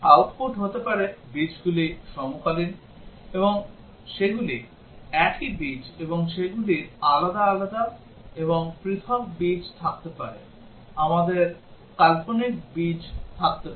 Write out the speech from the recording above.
output হতে পারে বীজগুলি সমকালীন এবং সেগুলি একই বীজ এবং সেগুলির আলাদা আলাদা আলাদা এবং পৃথক্ বীজ থাকতে পারে আমাদের কাল্পনিক বীজ থাকতে পারে